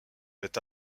met